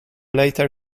later